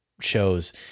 shows